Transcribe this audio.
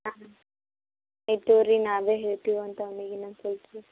ಹಾಂ ಹೇಳ್ತೀವಿ ರೀ ನಾವೇ ಹೇಳ್ತೀವಿ ಅಂತೆ ಅವ್ನಿಗೆ ಇನ್ನೊಂದು ಸ್ವಲ್ಪ